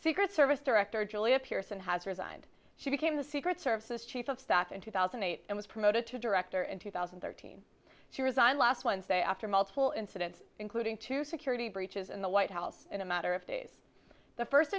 secret service director julia pierson has resigned she became the secret service's chief of staff in two thousand and eight and was promoted to director in two thousand and thirteen she resigned last wednesday after multiple incidents including two security breaches in the white house in a matter of days the first